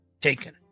taken